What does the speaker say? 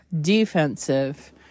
defensive